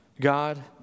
God